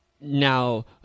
Now